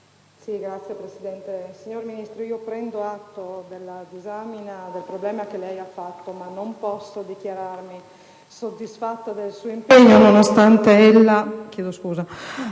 Signora Presidente, signor Ministro, prendo atto della disamina del problema che lei ha fatto, ma non posso dichiararmi soddisfatta del suo impegno, nonostante ella